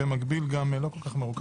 אני אתן לך להגיב לחבר הכנסת קרעי,